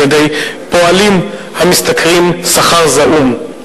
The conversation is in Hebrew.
על-ידי פועלים המשתכרים שכר זעום.